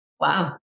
Wow